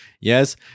Yes